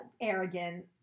arrogant